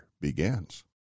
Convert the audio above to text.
begins